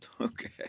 Okay